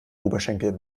oberschenkel